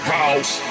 house